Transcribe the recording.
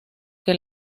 que